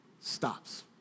stops